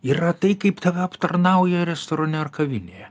yra tai kaip tave aptarnauja restorane ar kavinėje